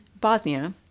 Bosnia